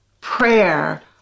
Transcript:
prayer